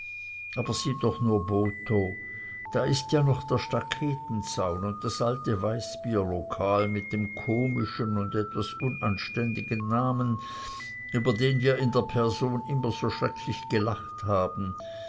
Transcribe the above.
aber sieh doch nur botho da ist ja noch der staketenzaun und das alte weißbierlokal mit dem komischen und etwas unanständigen namen über den wir in der pension immer so schrecklich gelacht haben